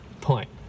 point